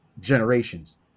generations